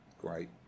great